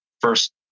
first